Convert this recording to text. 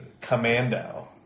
Commando